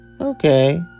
Okay